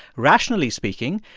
rationally speaking,